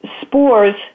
spores